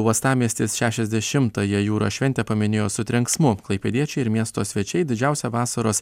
uostamiestis šešiasdešimtąją jūros šventę paminėjo su trenksmu klaipėdiečiai ir miesto svečiai didžiausią vasaros